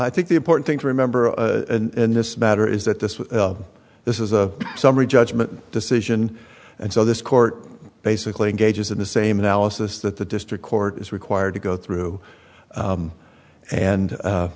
i think the important thing to remember in this matter is that this was this is a summary judgment decision and so this court basically engages in the same analysis that the district court is required to go through and